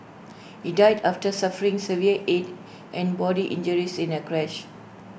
he died after suffering severe Head and body injuries in A crash